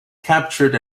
captured